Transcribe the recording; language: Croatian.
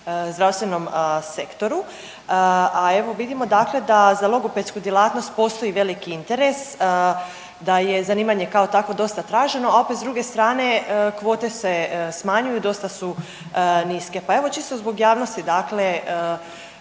zdravstvenom sektoru, a evo vidimo dakle da za logopedsku djelatnost postoji veliki interes da je zanimanje kao takvo dosta traženo, a opet s druge strane kvote se smanjuju, dosta su niske. Pa evo čisto zbog javnosti dakle